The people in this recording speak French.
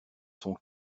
son